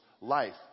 life